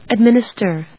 Administer